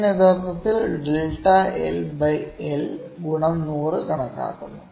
ഞാൻ യഥാർത്ഥത്തിൽ delta L by L ഗുണം 100 കണക്കാക്കുന്നു